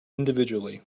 individually